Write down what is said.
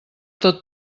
tot